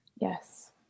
Yes